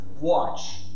watch